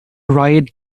riot